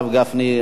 הרב גפני,